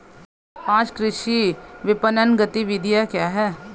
पाँच कृषि विपणन गतिविधियाँ क्या हैं?